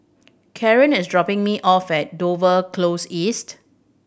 Kaaren is dropping me off at Dover Close East